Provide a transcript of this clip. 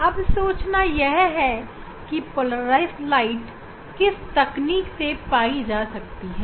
अब सोचना यह है पोलराइज प्रकाश किस तकनीक से पाई जा सकती है